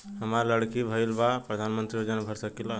हमार लड़की भईल बा प्रधानमंत्री योजना भर सकीला?